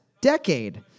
decade